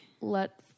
Let